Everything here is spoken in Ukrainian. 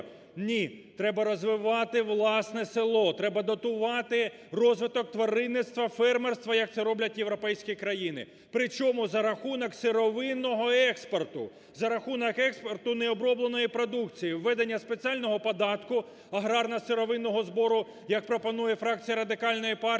Ні, треба розвивати власне село, треба дотувати розвиток тваринництва, фермерства як це роблять європейські країни, при чому за рахунок сировинного експорту, за рахунок експорту необробленої продукції, введення спеціального податку аграрно-сировинного збору, як пропонує фракція Радикальної партії,